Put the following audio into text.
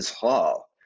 Hall